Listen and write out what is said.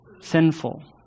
sinful